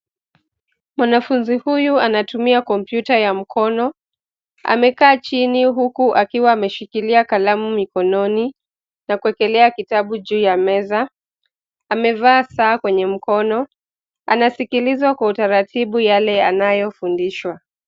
Mwanafunzi huyu anatumia kompyuta ya mkono, amekaa chini huku akiwa ameshikilia kalamu mikononi na kuekelea kitabu juu ya meza. Amevaa saa kwenye mkono, anasikiliza kwa utaratibu yale yanayofundishwa.